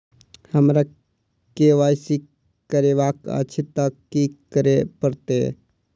हमरा केँ Y C करेवाक अछि तऽ की करऽ पड़तै?